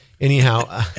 anyhow